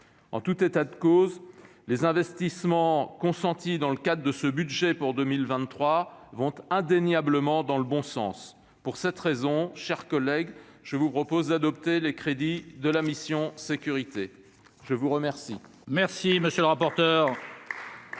En tout état de cause, les investissements consentis dans le cadre de ce budget pour 2023 vont indéniablement dans le bon sens. Pour cette raison, je vous propose, mes chers collègues, d'adopter les crédits de la mission « Sécurités ». La parole